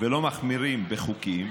ולא מחמירים בחוקים,